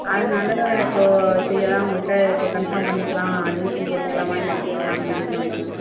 அதனால இப்போ சரி அதான் உங்கள்கிட்ட இப்போ கன்ஃபார்ம் பண்ணிக்கலாம் அட்மிஷன் போட்டுக்கலாமா என்னன்னு கேட்கலாம் அப்படின்ட்டு வந்தோம் மேம்